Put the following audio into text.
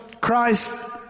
Christ